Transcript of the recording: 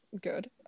good